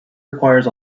requires